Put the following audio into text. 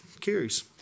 carries